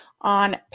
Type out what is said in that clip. on